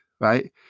right